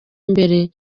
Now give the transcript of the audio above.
imbere